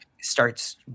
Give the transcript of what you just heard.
starts